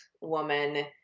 woman